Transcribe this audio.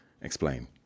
Explain